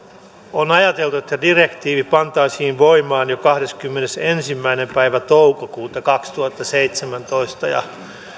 on ajateltu että direktiivi pantaisiin voimaan jo kahdeskymmenesensimmäinen päivä toukokuuta kaksituhattaseitsemäntoista ja